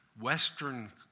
Western